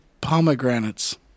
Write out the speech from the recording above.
pomegranates